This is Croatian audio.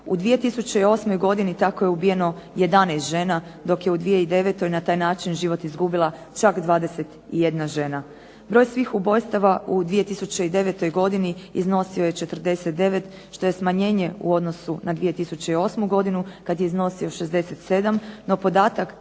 U 2008. godini tako je ubijeno 11 žena, dok je u 2009. na taj način život izgubila čak 21 žena. Broj svih ubojstava u 2009. godini iznosio je 49, što je smanjenje u odnosu na 2008. godinu kad je iznosio 67, no podatak